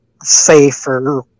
safer